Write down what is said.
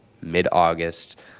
mid-August